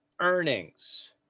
earnings